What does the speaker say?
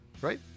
right